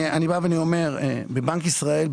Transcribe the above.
אני אומר שבבנק ישראל,